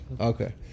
Okay